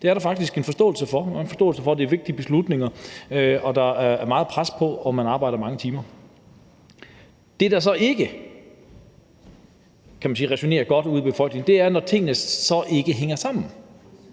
Der er en forståelse for, at det er vigtige beslutninger, og at der er meget pres på, og at man arbejder mange timer. Det, der så ikke, kan man sige, ræsonnerer godt ude i befolkningen, er, når tingene så ikke hænger sammen.